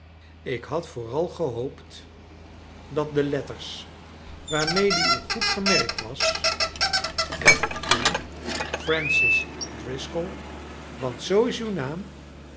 ik had vooral gehoopt dat de letters waarmede uw goed gemerkt was f d francis driscoll want zoo is uw naam